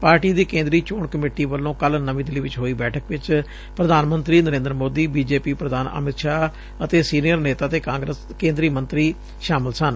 party ਦੀ ਕੇਂਦਰੀ ਚੋਣ ਕਮੇਟੀ ਵੱਲੋਂ ਕੱਲ੍ ਨਵੀਂ ਦਿੱਲੀ ਚ ਹੋਈ ਬੈਠਕ ਵਿਚ ਪ੍ਰਧਾਨ ਮੰਤਰੀ Narendra Modi B J P ਪ੍ਧਾਨ ਅਮਿਤ ਸ਼ਾਹ ਅਤੇ ਸੀਨੀਅਰ ਨੇਤਾ ਤੇ ਕੇ ਂਦਰੀ ਮੰਤਰੀ ਸ਼ਾਮਲ ਸਨ